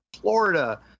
Florida